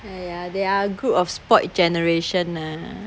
!haiya! they are a group of sport generation ah